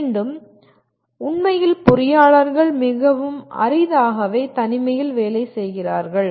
மீண்டும் உண்மையில் பொறியாளர்கள் மிகவும் அரிதாகவே தனிமையில் வேலை செய்கிறார்கள்